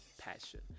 passion